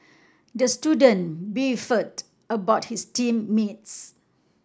the student beefed about his team mates